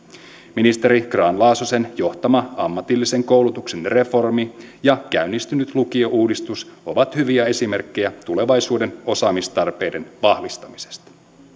ministeri grahn laasosen johtama ammatillisen koulutuksen reformi ja käynnistynyt lukiouudistus ovat hyviä esimerkkejä tulevaisuuden osaamistarpeiden vahvistamisesta